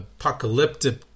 apocalyptic